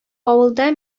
авылда